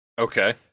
Okay